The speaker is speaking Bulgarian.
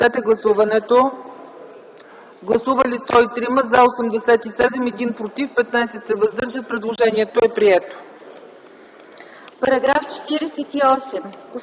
Параграф 39.